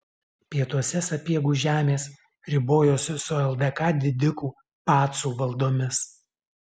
pietuose sapiegų žemės ribojosi su ldk didikų pacų valdomis